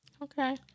Okay